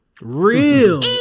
real